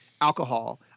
alcohol